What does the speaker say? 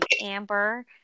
Amber